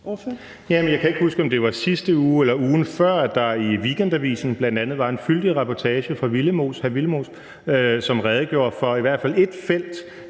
jeg kan ikke huske, om det var sidste uge eller ugen før, at der i Weekendavisen bl.a. var en fyldig reportage fra hr. Søren K. Villemoes, som redegjorde for i hvert fald ét felt